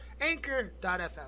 Anchor.fm